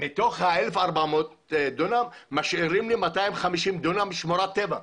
מתוך 1,400 דונם משאירים לי 250 דונם של שמורת טבע.